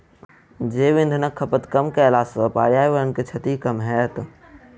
जैव इंधनक खपत कम कयला सॅ पर्यावरण के क्षति कम होयत